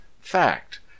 Fact